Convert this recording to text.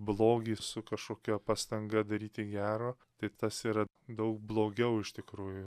blogį su kažkokia pastanga daryti gero tai tas yra daug blogiau iš tikrųjų